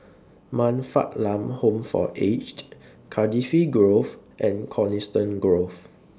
Man Fatt Lam Home For Aged Cardifi Grove and Coniston Grove